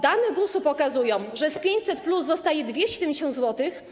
Dane GUS-u pokazują, że z 500+ zostaje 270 zł.